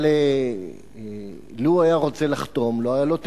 אבל לו היה רוצה לחתום לא היו לו תירוצים.